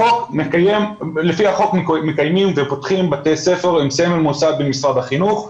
מכוח החוק מקיימים ופותחים בתי ספר עם סמל מוסד של משרד החינוך.